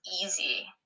easy